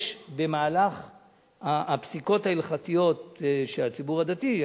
יש בפסיקות ההלכתיות שהציבור הדתי,